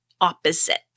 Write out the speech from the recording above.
opposite